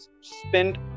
spent